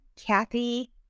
Kathy